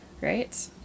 right